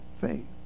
faith